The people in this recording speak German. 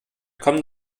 kommen